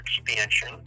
expansion